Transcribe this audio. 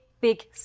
big